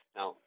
Now